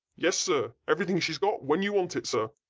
yes, sir! everything she's got, when you want it, sir.